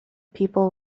people